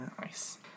Nice